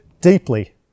deeply